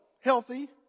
healthy